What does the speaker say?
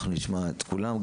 אנחנו נשמע את כולם,